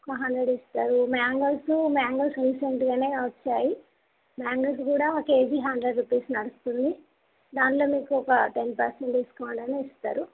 hundred ఇస్తారు mangoes mangoes రీసెంట్గానే వచ్చాయి మ్యాంగోస్ కూడా కేజీ హండ్రెడ్ రూపీస్ నడుస్తుంది దాంట్లో మీకు ఒక టెన్ పర్సెంట్ డిస్కౌంట్ అయినా ఇస్తారు